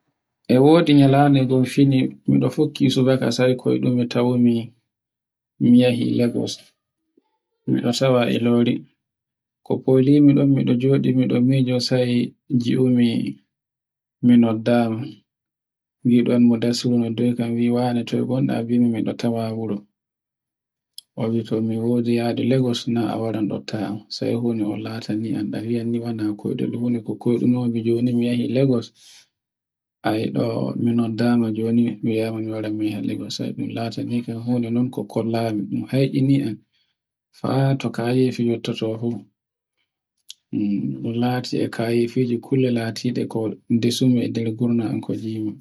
E wodi nyande go fini miɗo fikini subakaka sai koyɗimi tawmi, mi yihi Lagos mi ɗosowa Ilori, fo faylami mi joɗi moɗo mijoki sai ngimi mi noddama. Ngiɗon mo dassuro mo moyi wane toy ngonɗa sai mibi miɗo tawa wuro. O yi to mi wodi yadu Lagos na a wara ɗottayam, sai huni o lataniyam kowoni ɗoyɗol fu noko koyɗuno mi joni mi yehi Lagos. ayi ɗo mini dama joni mi yawa miwara mi yaha Lagos. sai ɗun latani huna kol kollami ɗun heccini an. faa kayi to njottoto fu ɗun lati e kayi fijo kulle latiɗe ko ndesu mi e nder gurna am ko njimi.